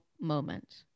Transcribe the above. moment